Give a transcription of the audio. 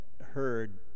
heard